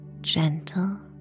gentle